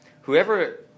Whoever